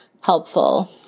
helpful